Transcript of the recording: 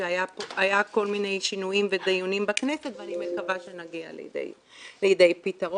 היו כל מיני שינויים ודיונים בכנסת ואני מקווה שנגיע לידי פתרון.